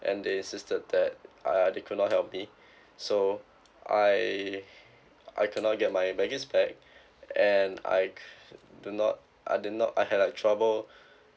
and they insisted that uh they could not help me so I I could not get my baggage back and I co~ do not I did not I had a trouble